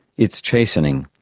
it's chastening,